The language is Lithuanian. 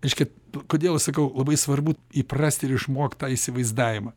reiškia kodėl sakau labai svarbu įprast ir išmokt tą įsivaizdavimą